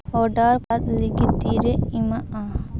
order ᱞᱟᱹᱜᱤᱫ ᱛᱤᱨᱮ ᱮᱢᱟᱜᱼᱟ